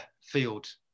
field